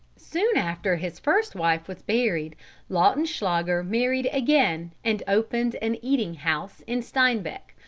soon after his first wife was buried lautenschlager married again, and opened an eating-house in steinbach,